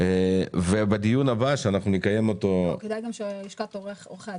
כדאי גם שלשכת עורכי הדין תגיב.